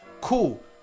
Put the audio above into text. cool